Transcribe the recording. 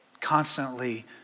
Constantly